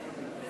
מהצד השני,